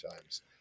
times